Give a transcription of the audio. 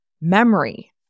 memory